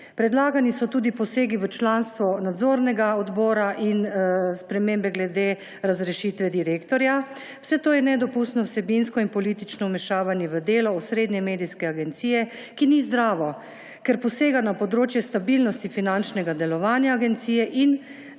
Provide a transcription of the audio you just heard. Predlagani so tudi posegi v članstvo Nadzornega odbora in spremembe glede razrešitve direktorja. Vse to je nedopustno vsebinsko in politično vmešavanje v delo osrednje medijske agencije, ki ni zdravo, ker posega na področje stabilnosti finančnega delovanja agencije in